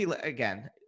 again